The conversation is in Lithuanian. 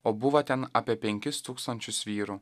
o buvo ten apie penkis tūkstančius vyrų